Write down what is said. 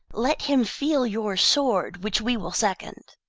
let him feel your sword, which we will second.